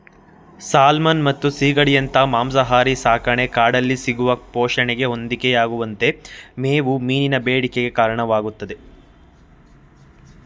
salmon ಮತ್ತು ಸೀಗಡಿಯಂತ ಮಾಂಸಾಹಾರಿ ಸಾಕಣೆ ಕಾಡಲ್ಲಿ ಸಿಗುವ ಪೋಷಣೆಗೆ ಹೊಂದಿಕೆಯಾಗುವಂತೆ ಮೇವು ಮೀನಿನ ಬೇಡಿಕೆಗೆ ಕಾರಣವಾಗ್ತದೆ